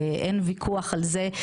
אין ויכוח על זה,